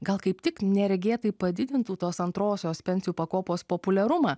gal kaip tik neregėtai padidintų tos antrosios pensijų pakopos populiarumą